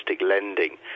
lending